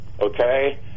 okay